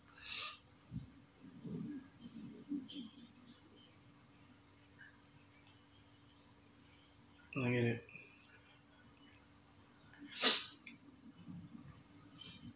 I get it